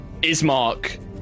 Ismark